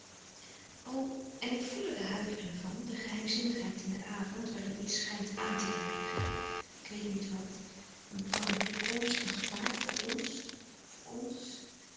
o ik voel er de huivering van de geheimzinnigheid in den avond waarin iets schijnt aan te dreigen ik weet niet wat een bange toekomst een gevaar voor ons voor ons